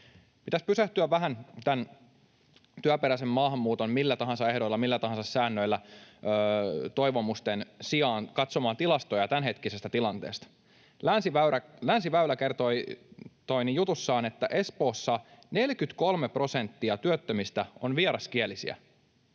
Pitäisi pysähtyä vähän tämän työperäisen maahanmuuton ”millä tahansa ehdoilla, millä tahansa säännöillä” ‑toivomusten sijaan katsomaan tilastoja tämänhetkisestä tilanteesta. Länsiväylä kertoi jutussaan, että Espoossa 43 prosenttia työttömistä on vieraskielisiä